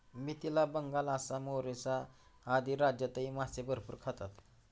मिथिला, बंगाल, आसाम, ओरिसा आदी राज्यांतही मासे भरपूर खातात